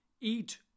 Eat